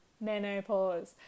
Menopause